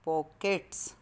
pockets